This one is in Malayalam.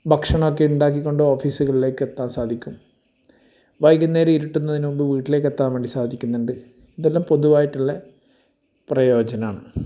ഭക്ഷണമൊക്കെ ഉണ്ടാക്കിക്കൊണ്ട് ഓഫീസുകളിലേക്ക് എത്താൻ സാധിക്കും വൈകുന്നേരം ഇരുട്ടുന്നതിന് മുമ്പ് വീട്ടിലേക്ക് എത്താൻ വേണ്ടി സാധിക്കുന്നുണ്ട് ഇതെല്ലം പൊതുവായിട്ടുള്ള പ്രയോജനം ആണ്